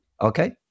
Okay